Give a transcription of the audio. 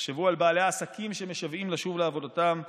תחשבו על בעלי העסקים שמשוועים לשוב לעבודתם ותקפידו,